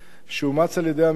שאומץ על-ידי הממשלה,